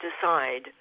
decide